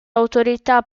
autorità